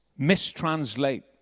mistranslate